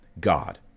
God